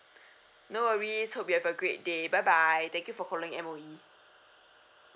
no worries hope you have a great day bye bye thank you for calling M_O_E